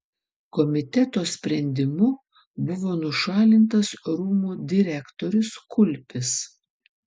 komiteto sprendimu buvo nušalintas rūmų direktorius kulpis